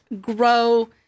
grow